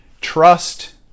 Trust